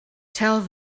tell